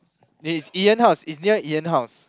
it's Ian house it's near Ian house